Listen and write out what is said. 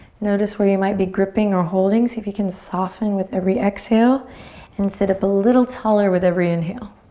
notice where you might be gripping or holding. see if you can soften with every exhale and sit up a little taller with every inhale.